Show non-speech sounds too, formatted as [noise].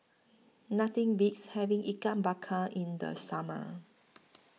Nothing Beats having Ikan Bakar in The Summer [noise]